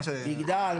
מגדל?